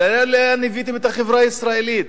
תראו לאן הבאתם את החברה הישראלית.